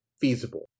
feasible